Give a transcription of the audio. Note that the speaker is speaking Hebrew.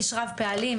איש רב פעלים,